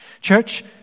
Church